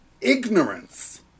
ignorance